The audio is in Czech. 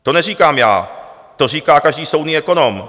To neříkám já, to říká každý soudný ekonom.